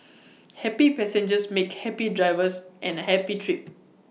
happy passengers make happy drivers and A happy trip